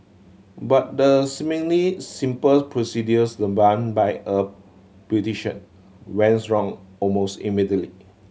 but the seemingly simple procedures by a beautician wrong almost immediately